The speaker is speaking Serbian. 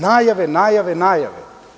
Najave, najave, najave.